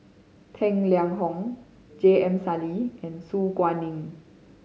Tang Liang Hong J M Sali and Su Guaning